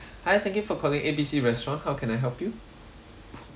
hi thank you for calling A B C restaurant how can I help you